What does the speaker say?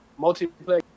multiplayer